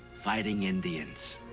fighting indians.